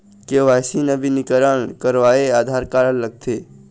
KYC नवीनीकरण करवाये Aadhaar card लगथे?